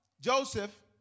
Joseph